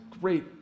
great